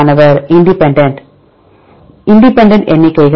மாணவர் இண்டிபெண்டன்ட் இண்டிபெண்ட் எண்ணிக்கைகள்